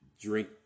drink